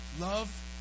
Love